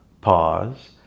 Pause